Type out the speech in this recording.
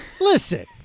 Listen